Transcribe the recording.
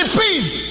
peace